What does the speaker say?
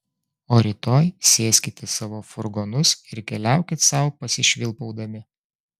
o rytoj sėskit į savo furgonus ir keliaukit sau pasišvilpaudami